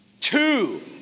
Two